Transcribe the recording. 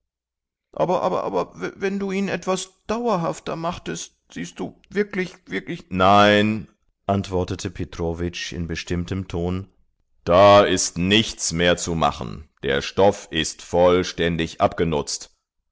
reißen aber wenn du ihn etwas dauerhafter machtest siehst du wirklich nein antwortete petrowitsch in bestimmtem ton da ist nichts mehr zu machen der stoff ist vollständig abgenutzt